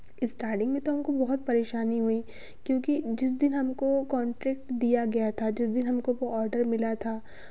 starting में तो हमको बहुत परेशानी हुई क्योंकि जिस दिन हमको कॉन्ट्रैक्ट दिया गया था जिस दिन हमको वो ऑर्डर मिला था